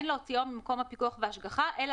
אין להוציאו ממקום הפיקוח וההשגחה אלא